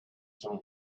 from